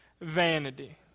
vanity